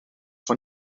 van